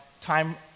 time